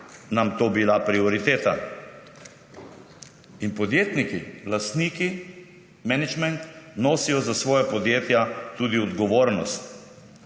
nam to bila prioriteta. Podjetniki, lastniki, menedžment nosijo za svoja podjetja tudi odgovornost.